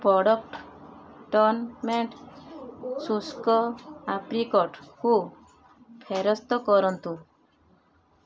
product ଟନ୍ ମେଣ୍ଟ୍ ଶୁଷ୍କ ଆପ୍ରିକଟ୍କୁ ଫେରସ୍ତ କରନ୍ତୁ